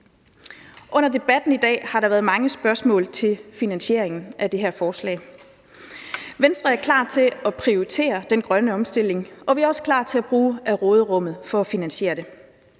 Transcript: Under debatten i dag har der været mange spørgsmål til finansieringen af det her forslag. Venstre er klar til at prioritere den grønne omstilling, og vi er også klar til at bruge af råderummet for at finansiere det.